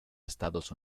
estados